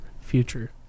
future